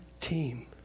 team